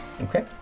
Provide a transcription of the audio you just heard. Okay